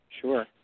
sure